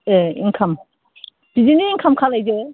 एह इनकाम बिदिनो इनकाम खालामदो